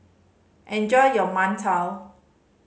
enjoy your mantou